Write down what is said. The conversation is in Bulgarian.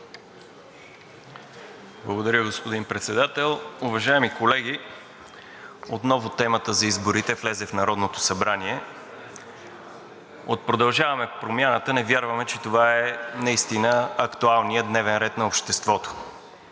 Благодаря, господин Председател. Уважаеми колеги, отново темата за изборите влезе в Народното събрание. От „Продължаваме Промяната“ не вярваме, че това е наистина актуалният дневен ред на обществото,